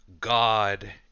god